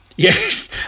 yes